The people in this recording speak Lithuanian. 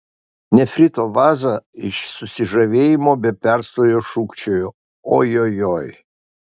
nefrito vaza iš susižavėjimo be perstojo šūkčiojo ojojoi